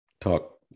talk